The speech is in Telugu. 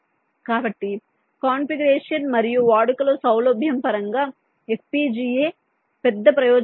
కాబట్టి కాన్ఫిగరేషన్ మరియు వాడుకలో సౌలభ్యం పరంగా FPGA పెద్ద ప్రయోజనాన్ని అందిస్తుంది